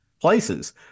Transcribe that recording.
places